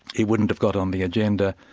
it wouldn't have got on the agenda,